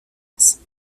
است